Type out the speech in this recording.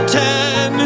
ten